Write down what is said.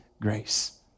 grace